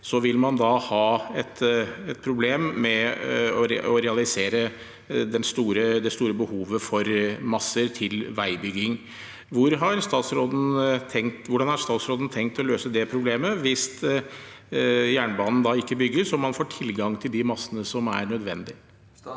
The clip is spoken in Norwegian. vil man da ha et problem med å realisere det store behovet for masser til veibygging. Hvordan har statsråden tenkt å løse det problemet, hvis jernbanen ikke bygges og man ikke får tilgang til de massene som er nødvendig?